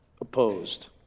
opposed